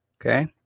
Okay